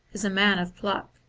is a man of pluck.